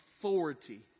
authority